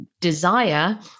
desire